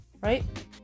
right